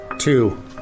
Two